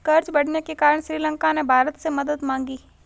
कर्ज बढ़ने के कारण श्रीलंका ने भारत से मदद मांगी